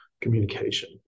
communication